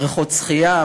בריכות שחייה,